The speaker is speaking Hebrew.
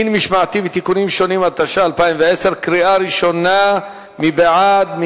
(דין משמעתי ותיקונים שונים), התש"ע 2010. מי בעד?